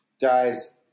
Guys